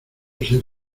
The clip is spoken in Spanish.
ser